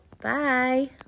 Bye